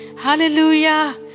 hallelujah